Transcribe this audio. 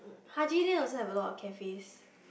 Haji-Lane also have a lot of cafes